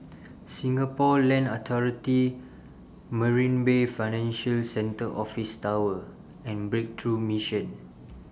Singapore Land Authority Marina Bay Financial Centre Office Tower and Breakthrough Mission